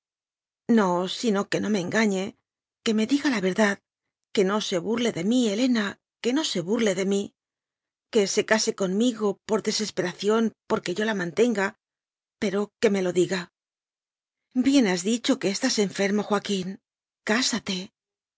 no sino que no me engañe que me diga y la verdad que no se burle de mí helena que no se burle de mí que se case conmigo por desesperación porque yo la mantenga pero que me lo diga bien has'dicho que estás enfermo joa quín cásate